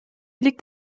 liegt